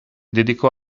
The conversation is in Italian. dedicò